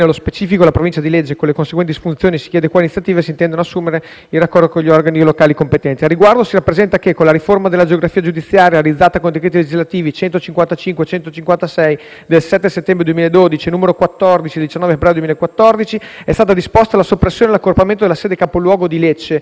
in raccordo con gli organi locali competenti.